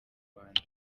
rwanda